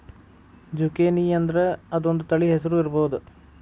ಜುಕೇನಿಅಂದ್ರ ಅದೊಂದ ತಳಿ ಹೆಸರು ಇರ್ಬಹುದ